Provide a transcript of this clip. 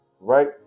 right